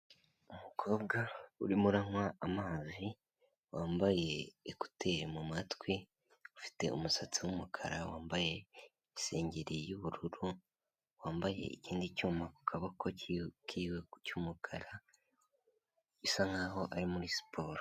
Umukobwa urimo uranywa amazi, wambaye ikuteri mu matwi, ufite umusatsi w'umukara, wambaye isengeri y'ubururu, wambaye ikindi cyuma ku kaboko cyiwe cy'umukara, bisa nkaho ari muri siporo.